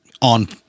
on